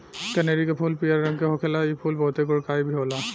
कनेरी के फूल पियर रंग के होखेला इ फूल बहुते गुणकारी भी होला